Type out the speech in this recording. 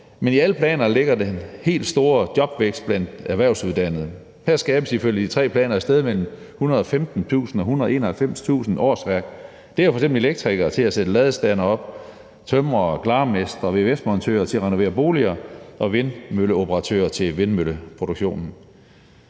men i alle planerne ligger den helt store jobvækst blandt erhvervsuddannede. Her skabes ifølge de tre planer et sted mellem 115.000 og 191.000 årsværk. Det er f.eks. elektrikere til at sætte ladestandere op, tømrere, glarmestre og vvs-montører til at renovere boliger og vindmølleoperatører til vindmølleproduktionen.